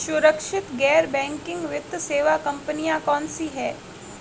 सुरक्षित गैर बैंकिंग वित्त सेवा कंपनियां कौनसी हैं?